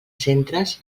centres